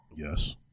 Yes